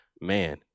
Man